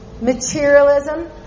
materialism